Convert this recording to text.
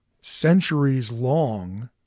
centuries-long